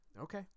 Okay